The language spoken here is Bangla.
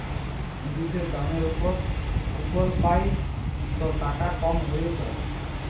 জিলিসের দামের উপর কুপল পাই ত টাকা কম হ্যঁয়ে যায়